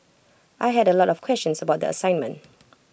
I had A lot of questions about the assignment